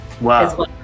Wow